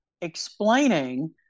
explaining